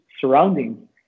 surroundings